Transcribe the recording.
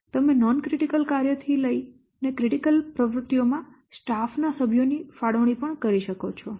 તમે બિન ક્રિટિકલ કાર્યથી લઈને ક્રિટિકલ પ્રવૃત્તિઓમાં સ્ટાફ ના સભ્યોની ફાળવણી પણ કરી શકો છો